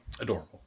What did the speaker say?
Adorable